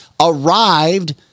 arrived